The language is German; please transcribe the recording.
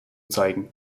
zeigen